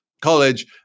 college